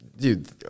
Dude